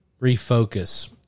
refocus